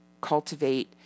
cultivate